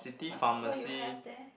what what you have there